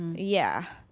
yeah,